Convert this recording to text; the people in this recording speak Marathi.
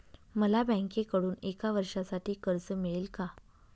मला बँकेकडून एका वर्षासाठी कर्ज मिळेल का?